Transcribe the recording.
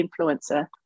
influencer